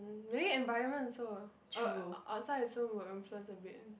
mm maybe environment also uh outside also will influence a bit